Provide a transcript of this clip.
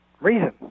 reason